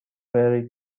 ferry